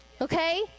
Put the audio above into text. Okay